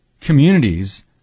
communities